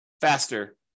faster